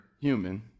human